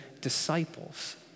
disciples